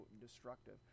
destructive